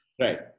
Right